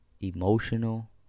emotional